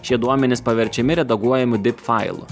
šie duomenys paverčiami redaguojamu dip failu